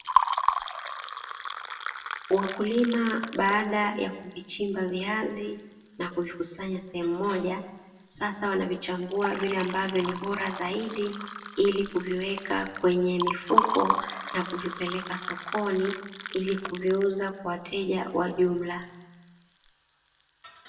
Wakulima baada ya kuvichimba viazi na kuvikusanya sehemu moja sasa wanavichambua vile ambavyo ni bora zaidi, ili kuviweka kwenye mifuko na kuviweka kuvipeleka sokoni ili kuviuza kwa wateja wa jumla.